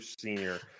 senior